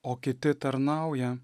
o kiti tarnauja